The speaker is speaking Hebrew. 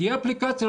תהיה אפליקציה,